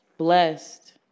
Blessed